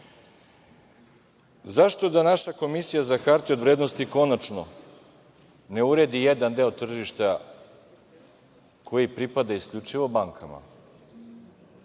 da naša Komisija za hartije od vrednosti konačno ne uredi jedan deo tržišta koji pripada isključivo bankama?